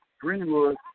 Greenwood